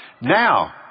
Now